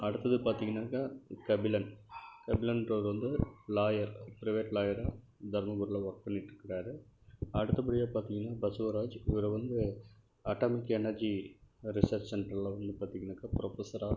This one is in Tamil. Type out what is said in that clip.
அடுத்தது பார்த்தீங்கன்னாக்கா கபிலன் கபிலன்றவர் வந்து லாயர் ப்ரைவேட் லாயராக தருமபுரியில் ஒர்க் பண்ணிட்டுருக்கிறாரு அடுத்தப்படியாக பார்த்தீங்ன்னா பசுவராஜ் இவர் வந்து ஆட்டாமிக் எனர்ஜி ரிசர்ச் சென்டரில் வந்து பார்த்தீங்கன்னாக்கா ப்ரொஃபஸராக